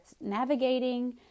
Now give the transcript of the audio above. navigating